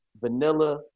vanilla